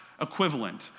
equivalent